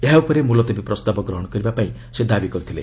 ଏହା ଉପରେ ମୁଲତବୀ ପ୍ରସ୍ତାବକୁ ଗ୍ରହଣ କରିବାପାଇଁ ସେ ଦାବି କରିଥିଲେ